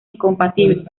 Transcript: incompatibles